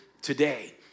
today